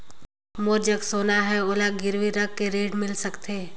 मोर जग सोना है ओला गिरवी रख के ऋण मिल सकथे?